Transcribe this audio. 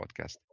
podcast